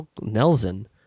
Nelson